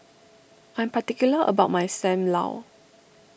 I'm particular about my Sam Lau